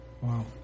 Wow